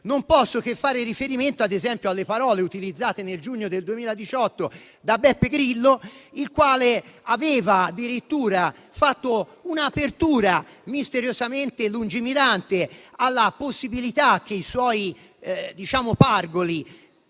Non posso che fare riferimento, ad esempio, alle parole utilizzate nel giugno 2018 da Beppe Grillo, il quale aveva addirittura fatto un'apertura misteriosamente lungimirante alla possibilità che i suoi pargoli,